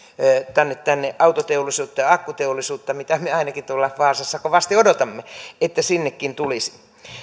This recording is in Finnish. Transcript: tänne tänne autoteollisuutta ja akkuteollisuutta mitä me ainakin tuolla vaasassa kovasti odotamme että sinnekin tulisi